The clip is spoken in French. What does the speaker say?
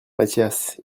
mathias